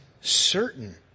certain